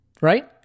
right